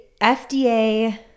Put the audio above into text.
fda